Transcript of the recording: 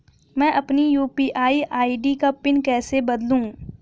मैं अपनी UPI ID का पिन कैसे बदलूं?